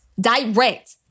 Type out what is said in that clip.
direct